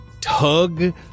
tug